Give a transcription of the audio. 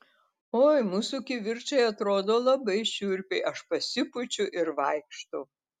oi mūsų kivirčai atrodo labai šiurpiai aš pasipučiu ir vaikštau